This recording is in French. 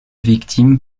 victime